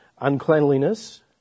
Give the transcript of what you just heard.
uncleanliness